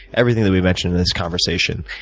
everything that we mentioned in this conversation.